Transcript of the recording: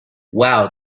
wow